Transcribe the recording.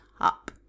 up